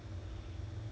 eh hello hello